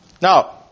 Now